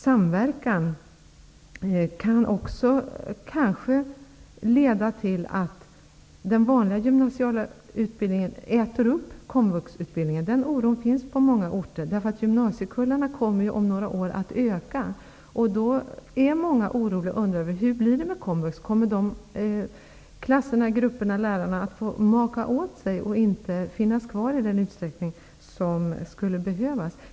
Samverkan kan kanske också leda till att den vanliga gymnasiala utbildningen äter upp komvuxutbildningen. En oro för detta finns på många orter. Elevkullarna i gymnasiet kommer om några år att öka, och många undrar oroligt hur det då blir med komvux. Kommer klasserna och lärarna i komvux att få maka på sig och inte få vara kvar i den utsträckning som skulle behövas?